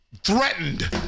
Threatened